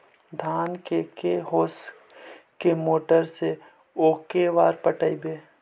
धान के के होंस के मोटर से औ के बार पटइबै?